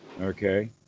Okay